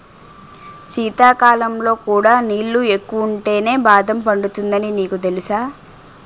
శీతాకాలంలో కూడా నీళ్ళు ఎక్కువుంటేనే బాదం పండుతుందని నీకు తెలుసా?